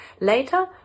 Later